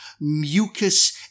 mucus